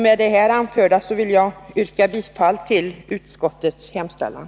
Med det anförda ber jag att få yrka bifall till utskottets hemställan.